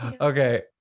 Okay